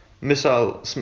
missile